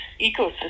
ecosystem